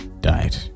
died